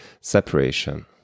separation